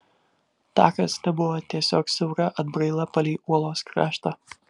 takas tebuvo tiesiog siaura atbraila palei uolos kraštą